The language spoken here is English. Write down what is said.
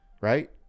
right